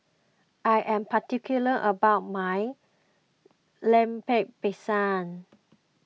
I am particular about my Lemper Pisang